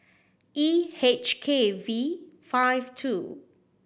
E H K V five two